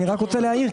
אני רק רוצה להעיר,